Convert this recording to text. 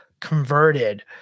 converted